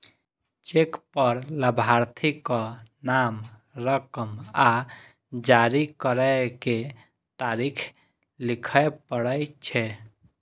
cheque पर लाभार्थीक नाम, रकम आ जारी करै के तारीख लिखय पड़ै छै